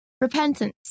Repentance